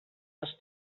els